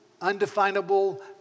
undefinable